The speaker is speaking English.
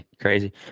crazy